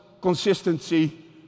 consistency